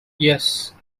yes